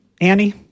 Annie